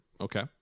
okay